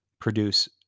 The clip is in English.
produce